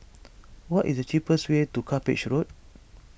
what is the cheapest way to Cuppage Road